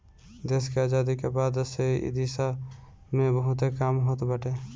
देस के आजादी के बाद से इ दिशा में बहुते काम होत बाटे